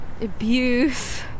abuse